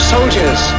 Soldiers